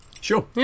Sure